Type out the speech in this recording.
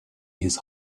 his